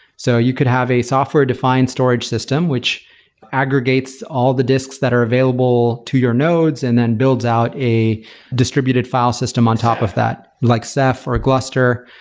so you could have a software defined storage system, which aggregates all the disks that are available to your nodes and then builds out a distributed file system on top of that, like ceph or gluster.